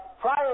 prior